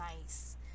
nice